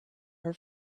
her